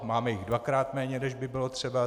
Máme jich dvakrát méně, než by bylo třeba?